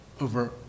over